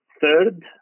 Third